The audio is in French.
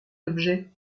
objet